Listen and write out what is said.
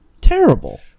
terrible